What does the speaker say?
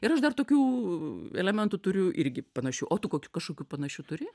ir aš dar tokių elementų turiu irgi panašių o tu kokių kažkokių panašių turi